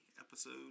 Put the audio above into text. episode